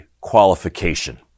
qualification